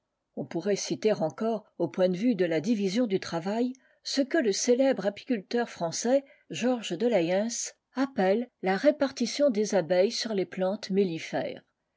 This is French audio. on pourrait citer encore au point de vue b j la fondation de la division du travail ce que le célèbre apicul teur français georges de layens appelle la répartition des abeilles sur les plantes mellifères